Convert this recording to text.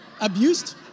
abused